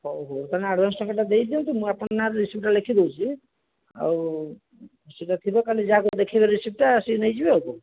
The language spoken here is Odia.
ହଉ ହଉ ତୁମେ ଆଡ଼ଭାନ୍ସ ଟଙ୍କାଟା ଦେଇଦିଅନ୍ତୁ ମୁଁ ଆପଣଙ୍କ ନାଁରେ ରିସିପ୍ଟଟା ଲେଖିଦଉଛି ଆଉ ସେମାନେ ଥିବେ କାଲି ଯାହାକୁ ଦେଖାଇବେ ରିସିପ୍ଟଟା ସିଏ ନେଇଯିବ ଆଉ କଣ